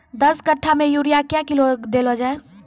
दस कट्ठा मे यूरिया क्या किलो देलो जाय?